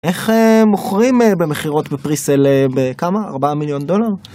איך מוכרים במכירות בפריסל בכמה? 4 מיליון דולר?